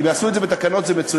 אם יעשו את זה בתקנות זה מצוין,